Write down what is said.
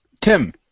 Tim